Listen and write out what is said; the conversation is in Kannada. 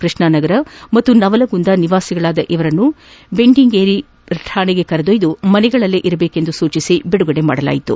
ಕೃಷ್ಣಾ ನಗರ ಹಾಗೂ ನವಲಗುಂದ ನಿವಾಸಿಗಳಾದ ಇವರನ್ನು ಬೆಂಡಿಗೇರಿ ಠಾಣೆಗೆ ಕರೆದೊಯ್ದು ಮನೆಯಲ್ಲಿರುವಂತೆ ಸೂಚಿಸಿ ಬಿಡುಗಡೆ ಮಾಡಲಾಯಿತು